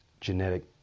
genetic